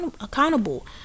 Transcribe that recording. accountable